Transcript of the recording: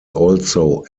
also